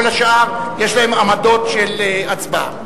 כל השאר, יש להם עמדות הצבעה.